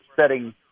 setting